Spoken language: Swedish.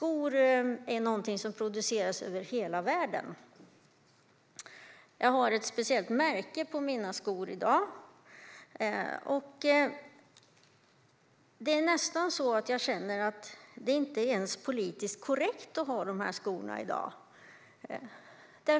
Och skor produceras över hela världen. Skorna jag har på mig i dag är av ett speciellt märke. Det känns nästan inte ens politiskt korrekt att ha de här skorna på sig i dag.